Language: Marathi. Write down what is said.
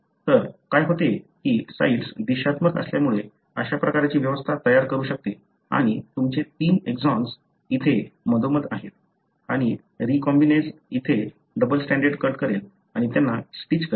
तर काय होते की साइट्स दिशात्मक असल्यामुळे अशा प्रकारची व्यवस्था तयार करू शकते आणि तुमचे तीन एक्सॉन्स इथे मधोमध आहेत आणि रीकॉम्बिनेस येथे डबल स्ट्रेंडेड कट करेल आणि त्यांना स्टिच करेल